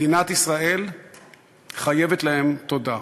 מדינת ישראל חייבת להם תודה.